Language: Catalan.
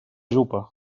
jupa